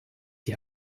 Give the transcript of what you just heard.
die